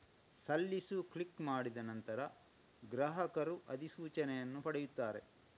ಸಲ್ಲಿಸು ಕ್ಲಿಕ್ ಮಾಡಿದ ನಂತರ, ಗ್ರಾಹಕರು ಅಧಿಸೂಚನೆಯನ್ನು ಪಡೆಯುತ್ತಾರೆ